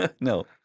No